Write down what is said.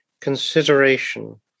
consideration